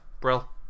Brill